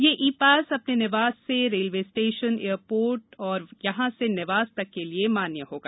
यह e pass अपने निवास से रेलवे स्टेशन एयरपोर्ट और यहाँ से निवास तक के लिये मान्य होगा